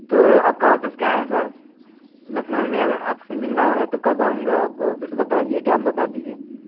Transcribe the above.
تو آپ کا آفس کہاں ہے سر لکھنؤ میں اگر آپ سے ملنا ہوگا تو کب آؤں گا آپ کو آفس بتا دیجیے ٹائم بتا دیجیے